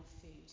food